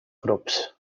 grups